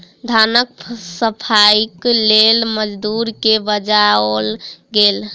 धानक सफाईक लेल मजदूर के बजाओल गेल